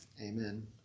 Amen